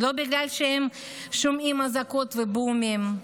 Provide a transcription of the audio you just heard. ולא בגלל שהם שומעים אזעקות ובומים,